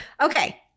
okay